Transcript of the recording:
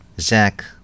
Zach